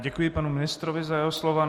Děkuji panu ministrovi za jeho slova.